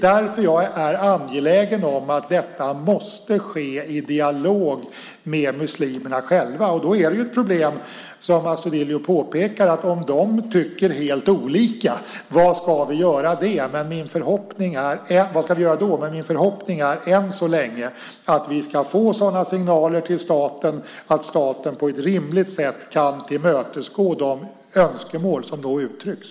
Därför är jag angelägen om att detta måste ske i en dialog med muslimerna själva. Men då är det ett problem om de, som Astudillo påpekar, tycker helt olika. Vad ska vi då göra? Min förhoppning än så länge är att vi får sådana signaler till staten att staten på ett rimligt sätt kan tillmötesgå de önskemål som då uttrycks.